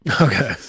Okay